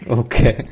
okay